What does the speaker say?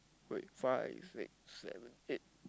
wait five six seven eight